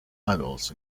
adults